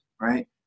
right